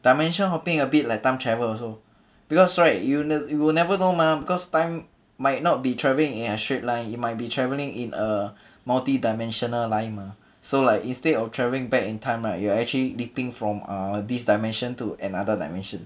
dimension hoping a bit like time travel also because right you will never know mah because time might not be travelling in a straight line you might be travelling in a multi dimensional line mah so like instead of traveling back in time right you are actually leaping from uh this dimension to another dimension